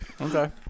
Okay